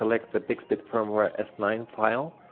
ah like the bixbit firmware s nine file,